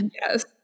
Yes